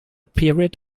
period